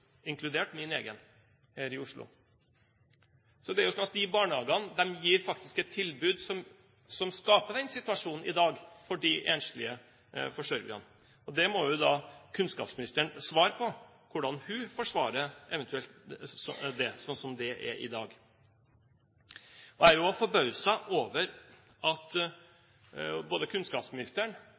inkludert min egen her i Oslo. Så de barnehagene gir et tilbud som skaper den situasjonen for de enslige forsørgerne i dag. Det må kunnskapsministeren svare på – hvordan hun eventuelt forsvarer det sånn som det er i dag. Jeg er også forbauset over at både kunnskapsministeren,